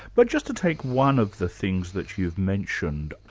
but just to take one of the things that you've mentioned,